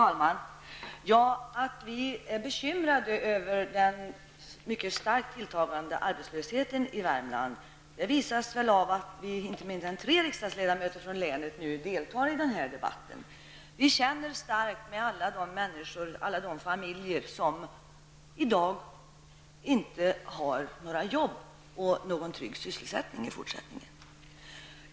Fru talman! Att vi är bekymrade över den mycket starkt tilltagande arbetslösheten i Värmland visas väl av att inte mindre än tre riksdagsledamöter från länet nu deltar i den här debatten. Vi känner starkt med alla de människor, alla de familjer som i dag inte har några jobb eller någon trygg sysselsättning i fortsättningen.